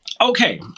Okay